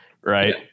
Right